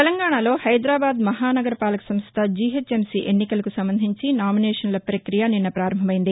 తెలంగాణలో హైదరాబాద్ మహానగర పాలక సంస్ల జిహెచ్ఎంసి ఎన్నికలకు సంబంధించి నామినేషన్ల ప్రప్రక్రియ నిన్న ప్రారంభమైంది